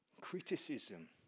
Criticism